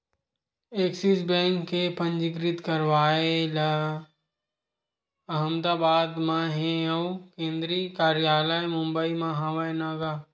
Axis Bank के पंजीकृत कारयालय अहमदाबाद म हे अउ केंद्रीय कारयालय मुबई म हवय न गा